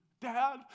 Dad